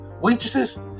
waitresses